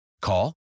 Call